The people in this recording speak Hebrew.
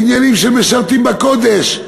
בעניינים של משרתים בקודש,